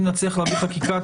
אם נצליח להביא חקיקה,